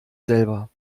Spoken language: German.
selber